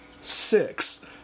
six